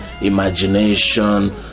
imagination